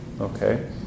okay